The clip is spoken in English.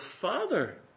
Father